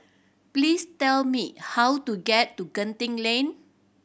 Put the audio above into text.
please tell me how to get to Genting Lane